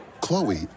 Chloe